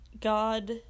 God